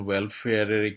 Welfare